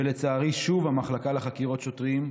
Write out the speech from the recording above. ולצערי שוב המחלקה לחקירות שוטרים,